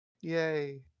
yay